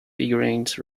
figurines